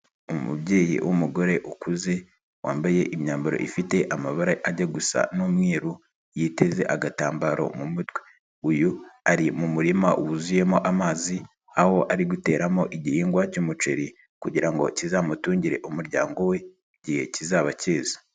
Umubyeyi w'umugore ukuze, wambaye imyambaro ifite amabara ajya gusa n'umweru, yiteze agatambaro mu mutwe, uyu ari mu murima wuzuyemo amazi, aho ari guteramo igihingwa cy'umuceri kugira ngo kizamutungire umuryango we igihe kizaba keze.